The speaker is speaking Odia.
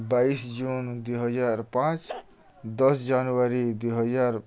ବାଇଶି ଜୁନ୍ ଦୁଇହଜାର ପାଞ୍ଚ ଦଶ ଜାନୁଆରୀ ଦୁଇହଜାର